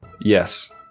Yes